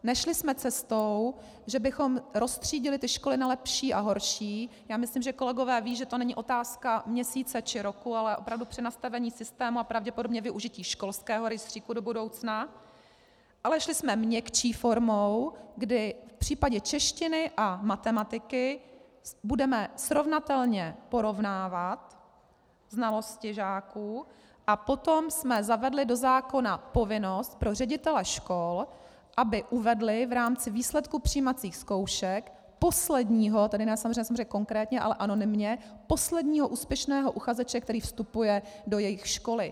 Nešli jsme cestou, že bychom roztřídili školy na lepší a horší, myslím, že kolegové vědí, že to není otázka měsíce či roku, ale opravdu přenastavení systému a pravděpodobně využití školského rejstříku do budoucna, ale šli jsme měkčí formou, kdy v případě češtiny a matematiky budeme srovnatelně porovnávat znalosti žáků, a potom jsme zavedli do zákona povinnost pro ředitele škol, aby uvedli v rámci výsledků přijímacích zkoušek posledního, tedy samozřejmě ne konkrétně, ale anonymně, úspěšného uchazeče, který vstupuje do jejich školy.